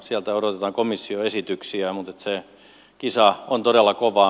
sieltä odotetaan komission esityksiä mutta se kisa on todella kovaa